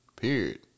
period